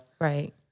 Right